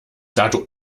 dato